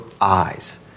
eyes